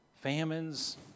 famines